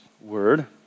word